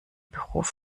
beruf